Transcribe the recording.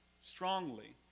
strongly